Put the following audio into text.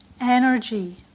energy